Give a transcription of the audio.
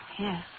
Yes